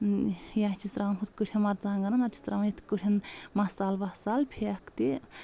یا چھِس ترٛاوان ہُتھ کٲٹھۍ مرژوانٛگَن نَتہٕ چھِس ترٛاوان یِتھ کٲٹھۍ مسالہٕ وسالہٕ پھیٚکھ تہِ